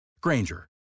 Granger